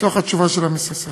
מתוך התשובה של המשרד.